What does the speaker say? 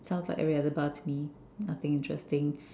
sounds like every other bar to me nothing interesting